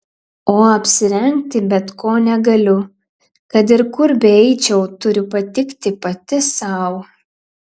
o apsirengti bet ko negaliu kad ir kur beeičiau turiu patikti pati sau